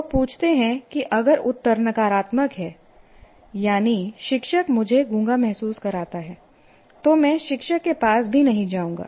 लोग पूछते हैं कि अगर उत्तर नकारात्मक है यानी शिक्षक मुझे गूंगा महसूस कराता है तो मैं शिक्षक के पास भी नहीं जाऊंगा